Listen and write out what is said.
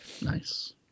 Nice